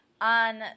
on